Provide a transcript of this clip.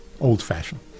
old-fashioned